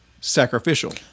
Sacrificial